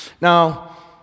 Now